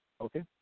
okay